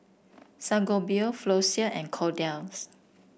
Sangobion Floxia and Kordel's